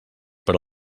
per